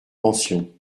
pensions